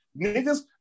Niggas